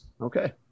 Okay